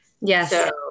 Yes